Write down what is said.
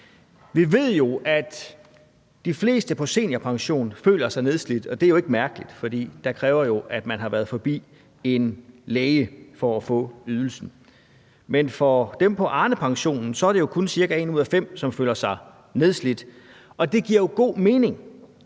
Vi ved, at de fleste på seniorpension føler sig nedslidte, og det er jo ikke mærkeligt, for det kræver, at man har været forbi en læge for at få ydelsen. Men for dem på Arnepensionen er det kun cirka en ud af fem, som føler sig nedslidt, og det giver jo god mening.